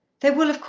they will,